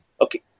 Okay